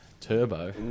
Turbo